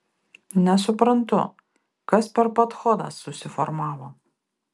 nesuprantu kas per padchodas susiformavo